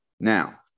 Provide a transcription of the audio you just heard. Now